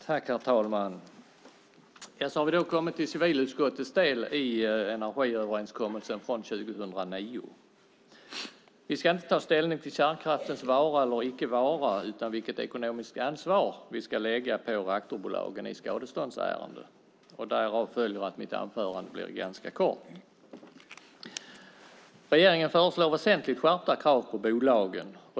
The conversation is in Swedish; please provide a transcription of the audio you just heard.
Herr talman! Så har vi då kommit till civilutskottets del i energiöverenskommelsen från 2009. Vi ska inte ta ställning till kärnkraftens vara eller icke vara, utan vilket ekonomiskt ansvar vi ska lägga på reaktorbolagen i skadeståndsärenden. Därav följer att mitt anförande blir ganska kort. Regeringen föreslår väsentligt skärpta krav på bolagen.